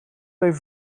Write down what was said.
even